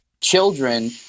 children